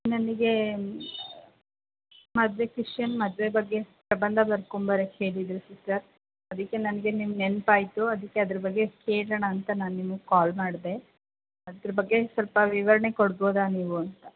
ನನಗೆ ಮದುವೆ ಕ್ರಿಶ್ಯನ್ ಮದುವೆ ಬಗ್ಗೆ ಪ್ರಬಂಧ ಬರ್ಕೊಂಬರೋಕ್ಕೆ ಹೇಳಿದ್ದರು ಸಿಸ್ಟರ್ ಅದಕ್ಕೆ ನನಗೆ ನಿಮ್ಮ ನೆನಪಾಯ್ತು ಅದಕ್ಕೆ ಅದ್ರ ಬಗ್ಗೆ ಕೇಳೋಣ ಅಂತ ನಾನು ನಿಮಗೆ ಕಾಲ್ ಮಾಡಿದೆ ಅದ್ರ ಬಗ್ಗೆ ಸ್ವಲ್ಪ ವಿವರಣೆ ಕೊಡ್ಬೋದಾ ನೀವು ಅಂತ